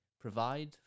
provide